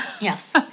Yes